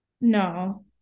No